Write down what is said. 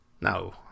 No